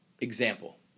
example